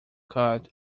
cut